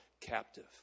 captive